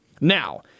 Now